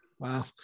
Wow